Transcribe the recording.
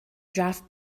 draft